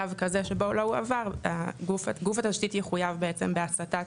במצב כזה שבו הוא לא הועבר גוף התשתית יחויב בעצם בהסתת